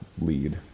lead